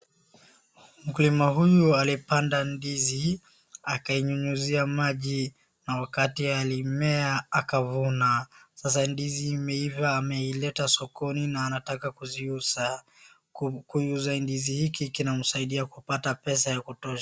Mkulima huyu alipanda ndizi akainyunyuzia maji na wakati ulimea akavuna, sasa ndizi imeiva ameileta sokoni na anataka kuziuza ,ndizi hiki kinamsaidia kinamsaidia kupata pesa ya kutosha .